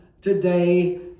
today